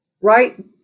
right